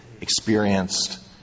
experienced